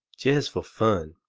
jest fur fun,